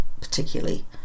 particularly